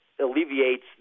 alleviates